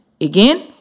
Again